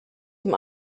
dem